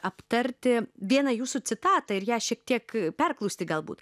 aptarti vieną jūsų citatą ir ją šiek tiek perklausti galbūt